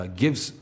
gives